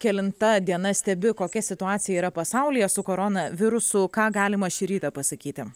kelinta diena stebi kokia situacija yra pasaulyje su koronavirusu ką galima šį rytą pasakyti